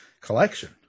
collection